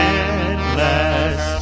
endless